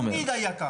תמיד זה היה ככה.